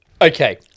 Okay